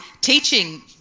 teaching